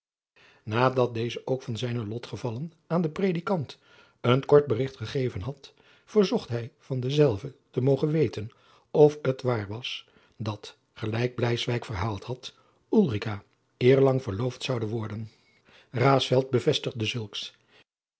nadat deze ook van zijne lotgevallen aan den predikant een kort bericht gegeven had verzocht hij van denzelven te mogen weten of het waar was dat gelijk bleiswyk verhaald had ulrica eerlang verloofd zoude worden raesfelt bevestigde zulks